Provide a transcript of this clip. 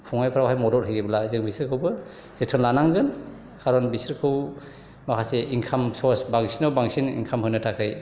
संनायफ्रावहाय मदद होयोब्ला जों बिसोरखौबो जोथोन लानांगोन खारन बिसोरखौ माखासे इनकाम सर्श बांसिनाव बांसिन इनकाम होनो थाखाय